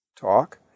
talk